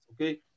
okay